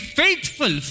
faithful